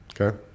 Okay